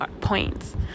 points